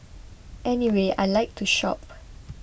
anyway I like to shop